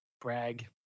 Brag